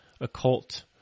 occult